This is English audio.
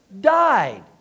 died